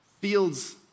Fields